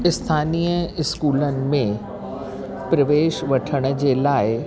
स्थानीय स्कूलन में प्रवेश वठण जे लाइ